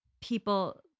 people